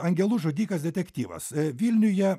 angelų žudikas detektyvas vilniuje